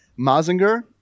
Mazinger